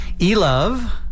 E-Love